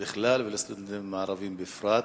בכלל ולסטודנטים הערבים בפרט.